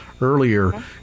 earlier